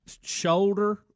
shoulder